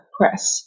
Press